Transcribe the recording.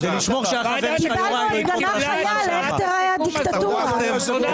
ועדת הכספים קיבלה את הודעת הסיכום.